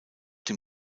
dem